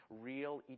Real